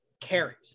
carries